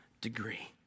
degree